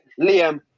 Liam